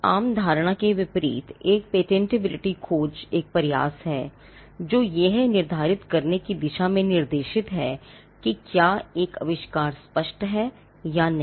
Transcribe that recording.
आम धारणा के विपरीत एक पेटेंटबिलिटी खोज एक प्रयास है जो यह निर्धारित करने की दिशा में निर्देशित है कि क्या एक आविष्कार स्पष्ट है या नहीं